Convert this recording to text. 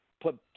Put